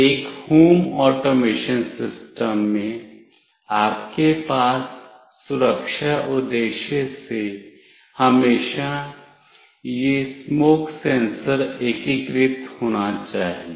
एक home automation system में आप के पास सुरक्षा उद्देश्य से हमेशा यह स्मोक सेंसर एकीकृत होना चाहिए